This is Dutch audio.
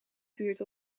buurt